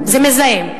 זה מזהם.